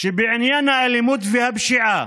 שבעניין האלימות והפשיעה